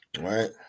right